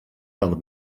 del